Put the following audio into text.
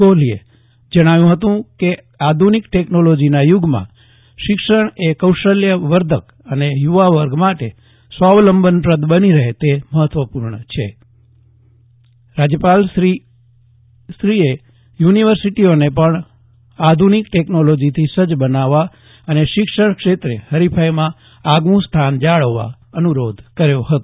કોફલીએ જણાવ્યું ફતું કે આધુનિક ટેકનોલોજીના યુગમાં શિક્ષણ એ કૌશલ્યવર્ધક અને યુવા વર્ગ માટે સ્વાવલંબન પ્રદ બની રહે તે મહત્વપૂર્ણ છે રાજ્યપાલશ્રી એ યુનિવર્સિટીઓને પણ આધુનિક ટેકનોલોજીથી સજ્જ બનવા અને શિક્ષણ ક્ષેત્રે હરિફાઈમાં આગવું સ્થાન જાળવવા અનુરોધ કર્યો ફતો